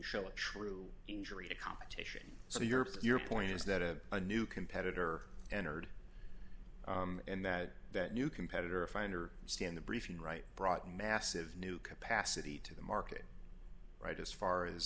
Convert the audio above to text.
the true injury to competition so your obscure point is that a new competitor entered and that that new competitor finder stand the briefing right brought massive new capacity to the market right as far